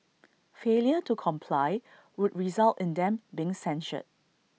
failure to comply would result in them being censured